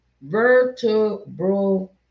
vertebral